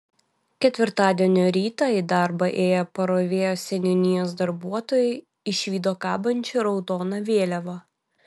ketvirtadienio rytą į darbą ėję parovėjos seniūnijos darbuotojai išvydo kabančią raudoną vėliavą